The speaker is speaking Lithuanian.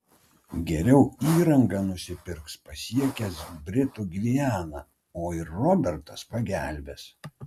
geriau įrangą nusipirks pasiekęs britų gvianą o ir robertas pagelbės